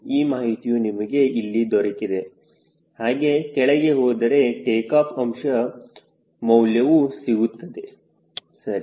ಈ ಮಾಹಿತಿಯು ನಿಮಗೆ ಇಲ್ಲಿ ದೊರಕಿದೆ ಹಾಗೆ ಕೆಳಗೆ ಹೋದರೆ ಟೇಕಾಫ್ ಅಂಶ ಮೌಲ್ಯವು ಸಿಗುತ್ತದೆ ಸರಿ